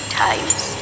times